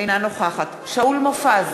אינה נוכחת שאול מופז,